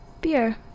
Beer